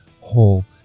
whole